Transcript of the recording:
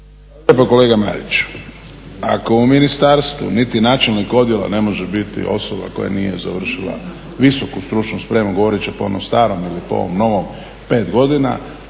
lijepo kolega Mariću. Ako u ministarstvu niti načelnik odjela ne može biti osoba koja nije završila visoku stručnu spremu, govoreći po onom starom ili po ovom novom 5 godina,